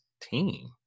team